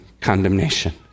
condemnation